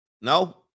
No